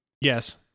Yes